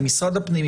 עם משרד הפנים,